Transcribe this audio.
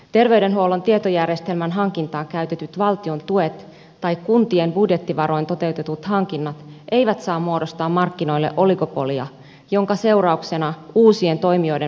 terveydenhuollon tietojärjestelmän hankintaan käytetyt valtion tuet tai kuntien budjettivaroin toteutetut hankinnat eivät saa muodostaa markkinoille oligopolia jonka seurauksena uusien toimijoiden markkinoille tulo estyisi